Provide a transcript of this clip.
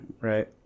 right